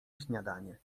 śniadanie